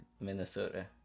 Minnesota